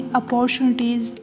opportunities